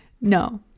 No